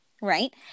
right